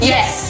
Yes